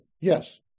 yes